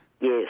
Yes